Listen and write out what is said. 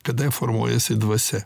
kada formuojasi dvasia